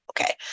okay